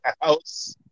house